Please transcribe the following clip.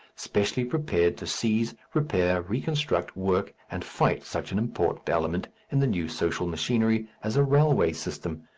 specially prepared to seize, repair, reconstruct, work, and fight such an important element in the new social machinery as a railway system.